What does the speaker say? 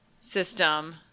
system